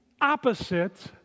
opposite